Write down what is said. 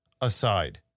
aside